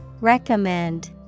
Recommend